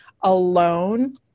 alone